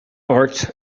arts